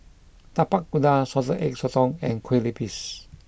Tapak Kuda Salted Egg Sotong and Kueh Lupis